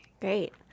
Great